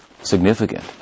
significant